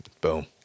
boom